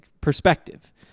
perspective